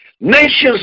Nations